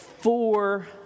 four